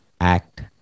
act